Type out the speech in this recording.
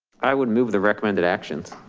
i would move the recommended action.